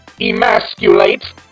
emasculate